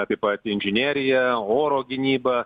apie patį inžineriją oro gynybą